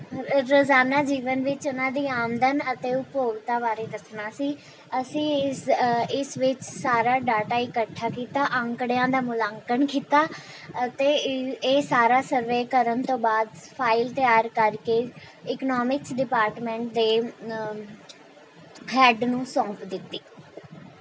ਰੋਜ਼ਾਨਾ ਜੀਵਨ ਵਿੱਚ ਉਨ੍ਹਾਂ ਦੀ ਆਮਦਨ ਅਤੇ ਉਪਭੋਗਤਾ ਬਾਰੇ ਦੱਸਣਾ ਸੀ ਅਸੀਂ ਇਸ ਇਸ ਵਿੱਚ ਸਾਰਾ ਡਾਟਾ ਇਕੱਠਾ ਕੀਤਾ ਅੰਕੜਿਆਂ ਦਾ ਮੁਲਾਂਕਣ ਕੀਤਾ ਅਤੇ ਇਹ ਇਹ ਸਾਰਾ ਸਰਵੇ ਕਰਨ ਤੋਂ ਬਾਅਦ ਫਾਈਲ ਤਿਆਰ ਕਰਕੇ ਇਕਨਾਮਿਕਸ ਡਿਪਾਰਟਮੈਂਟ ਦੇ ਹੈੱਡ ਨੂੰ ਸੌਂਪ ਦਿੱਤੀ